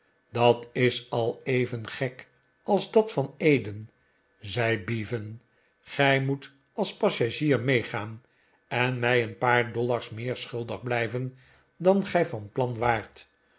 dat is al even gek als dat van eden zei bevan gij moet als passagier meegaan en mij een paar dollars meer schuldig blijven dan gij van plan waart